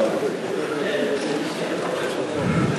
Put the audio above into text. אביו, יוסף לפיד,